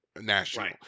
national